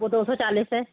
वो दो सौ चालीस है